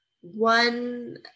One